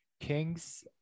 Kings